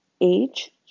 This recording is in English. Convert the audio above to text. age